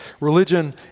Religion